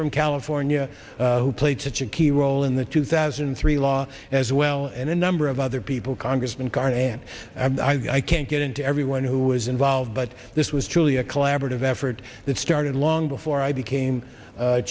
from california who played such a key role in the two thousand and three law as well and a number of other people congressman carnahan and i can't get into everyone who was involved but this was truly a collaborative effort that started long before i became